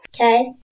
Okay